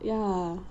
ya